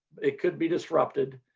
it could be disrupted.